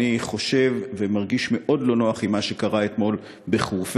אני חושב ומרגיש מאוד לא נוח עם מה שקרה אתמול בחורפיש.